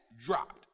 dropped